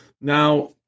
Now